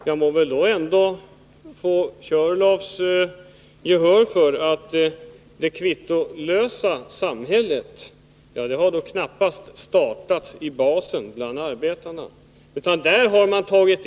Jag må väl ändå få herr Körlofs gehör för uppfattningen att det kvittolösa samhället knappast från början startades av arbetarna.